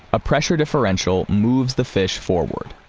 a pressure differential moves the fish forward.